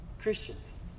Christians